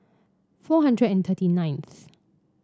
four hundred and thirty ninth